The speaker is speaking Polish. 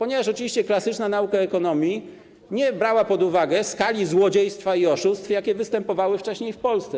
Oczywiście klasyczna nauka ekonomii nie bierze pod uwagę skali złodziejstwa i oszustw, jakie występowały wcześniej w Polsce.